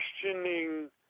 questioning